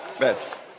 Yes